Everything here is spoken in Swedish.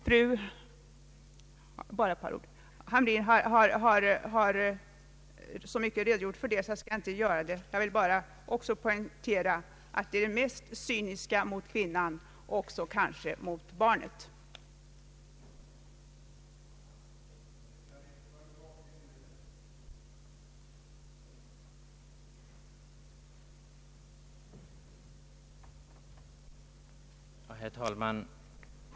Fru Hamrin-Thorell har så ingående redogjort för den frågan att jag inte skall ta upp den, men jag vill ändå poängtera att adoption i stället för abort är någonting mycket cyniskt mot modern och kanske också mot hennes barn.